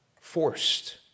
forced